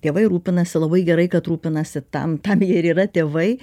tėvai rūpinasi labai gerai kad rūpinasi tam tam jie ir yra tėvai